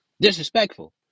disrespectful